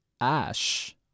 ash